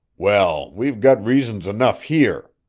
well, we've got reasons enough here.